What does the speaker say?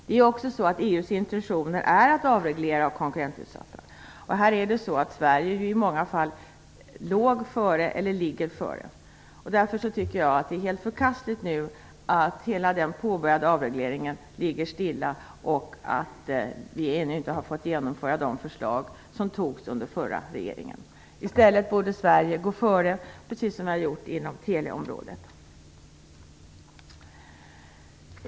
EU:s intentioner är också att avreglera och konkurrensutsätta. Här har Sverige i många fall legat före och ligger före. Därför tycker jag att det är helt förkastligt att hela den påbörjade avregleringen ligger stilla och att de förslag som fattades under den förra regeringsperioden ännu inte har fått genomföras. Här borde Sverige gå före, precis som inom Teliaområdet.